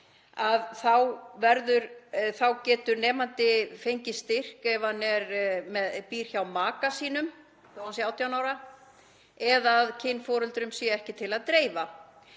þá getur hann fengið styrk ef hann býr hjá maka sínum, þó að hann sé 18 ára, eða að kynforeldrum sé ekki til að dreifa.